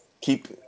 Keep